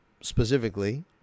specifically